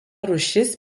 rūšis